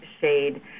shade